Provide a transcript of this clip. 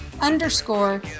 underscore